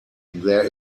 there